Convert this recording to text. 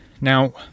now